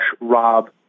Rob